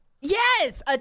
Yes